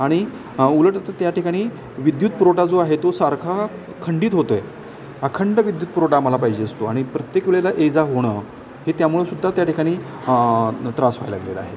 आणि उलट तर त्या ठिकाणी विद्युत पुरवठा जो आहे तो सारखा खंडित होतोय अखंड विद्युत पुरवठा आम्हाला पाहिजे असतो आणि प्रत्येक वेळेला ये जा होणं हे त्यामुळंसुद्धा त्या ठिकाणी त्रास व्हायला लागलेला आहे